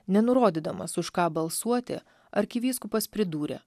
nenurodydamas už ką balsuoti arkivyskupas pridūrė